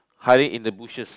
hiding in the bushes